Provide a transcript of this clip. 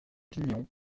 lignon